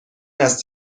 است